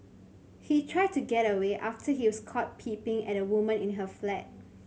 he tried to get away after he was caught peeping at a woman in her flat